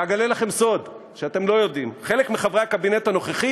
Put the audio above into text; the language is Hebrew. ואגלה לכם סוד שאתם לא יודעים: חלק מחברי הקבינט הנוכחי